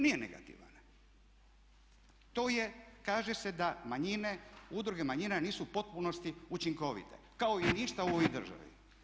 Nije negativan, to je, kaže se da manjine, udruge manjina nisu u potpunosti učinkovite kao i išta u ovoj državi.